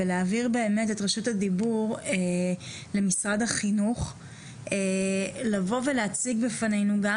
ולהעביר באמת את רשות הדיבור למשרד החינוך לבוא ולהציג בפנינו גם